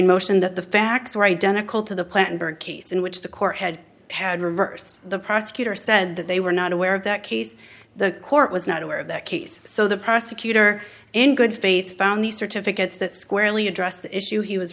motion that the facts were identical to the plan for a case in which the court had had reversed the prosecutor said that they were not aware of that case the court was not aware of that case so the prosecutor in good faith found these certificates that squarely addressed the issue he was